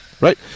right